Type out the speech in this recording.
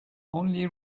only